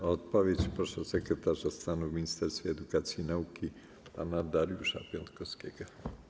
O odpowiedź proszę sekretarza stanu w Ministerstwie Edukacji i Nauki pana Dariusza Piontkowskiego.